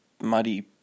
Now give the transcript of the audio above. muddy